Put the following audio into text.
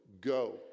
Go